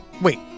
Wait